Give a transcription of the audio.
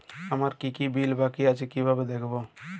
আমার কি কি বিল বাকী আছে কিভাবে দেখবো?